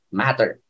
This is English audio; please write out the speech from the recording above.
matter